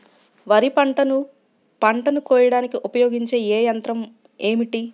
వరిపంటను పంటను కోయడానికి ఉపయోగించే ఏ యంత్రం ఏమిటి?